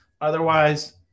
Otherwise